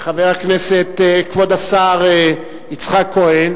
כבוד השר יצחק כהן